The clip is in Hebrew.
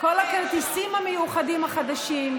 כל הכרטיסים המיוחדים החדשים,